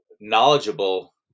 knowledgeable